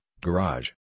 garage